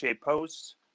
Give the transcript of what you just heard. posts